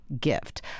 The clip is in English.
gift